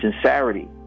sincerity